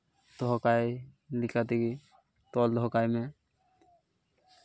ᱫᱚᱦᱚ ᱠᱟᱭ ᱞᱮᱠᱟ ᱛᱮᱜᱮ ᱛᱚᱞ ᱫᱚᱦᱚ ᱠᱟᱭ ᱢᱮ